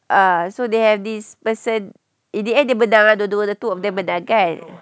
ah so they have this person in the end dia menang dua-dua two of them memang kan